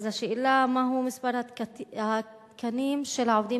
השאלה היא מהו מספר התקנים של העובדים